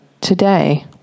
today